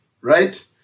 right